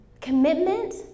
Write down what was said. commitment